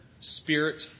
spirit